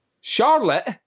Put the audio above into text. Charlotte